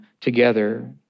together